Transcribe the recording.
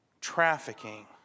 trafficking